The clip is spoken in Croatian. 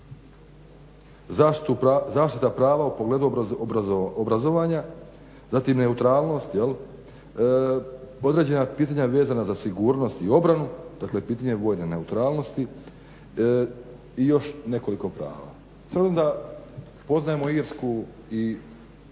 zaštita prava u pogledu obrazovanja, zatim neutralnost, određena pitanja vezana za sigurnost i obranu, dakle pitanje vojne neutralnosti i još nekoliko prava. S obzirom da poznajemo Irsku i